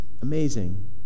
amazing